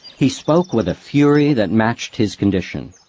he spoke with a fury that matched his condition